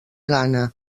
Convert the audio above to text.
ghana